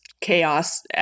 chaos